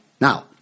Now